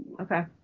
Okay